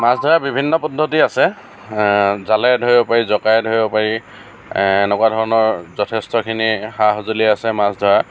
মাছ ধৰাৰ বিভিন্ন পদ্ধতি আছে জালেৰে ধৰিব পাৰি জকাইয়ে ধৰিব পাৰি এনেকুৱা ধৰণৰ যথেষ্টখিনি সা সঁজুলি আছে মাছ ধৰাৰ